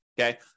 Okay